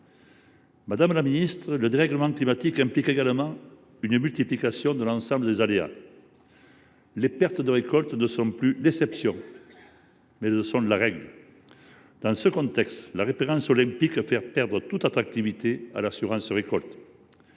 parte à la mer. Le dérèglement climatique implique également une multiplication de l’ensemble des aléas. Les pertes de récoltes sont non plus l’exception, mais la règle. Dans ce contexte, la référence olympique fait perdre toute attractivité à l’assurance récolte.